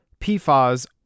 PFAS